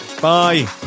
Bye